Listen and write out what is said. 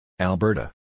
Alberta